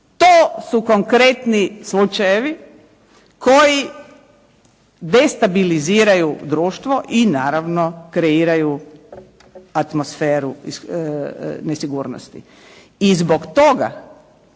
to su konkretni slučajevi koji destabiliziraju društvo i naravno kreiraju atmosferu nesigurnosti. I zbog toga